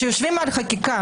כשאנחנו יושבים על החקיקה,